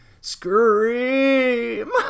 scream